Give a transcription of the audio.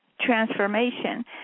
transformation